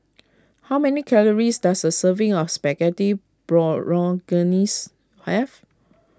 how many calories does a serving of Spaghetti Bolognese have